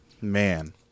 man